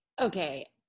okay